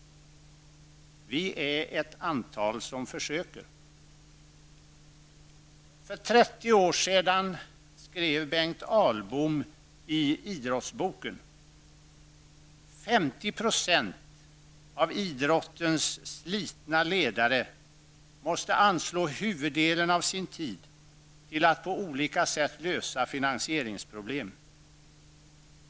Vi är ett antal som försöker. För 30 år sedan skrev Bengt Ahlbom i Idrottsboken: ''50 % av idrottens slitna ledare måste anslå huvuddelen av sin tid till att på olika sätt lösa finansieringsproblem.